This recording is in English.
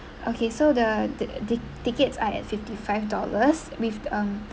okay so the the tic~ tickets are at fifty five dollars with um